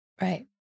Right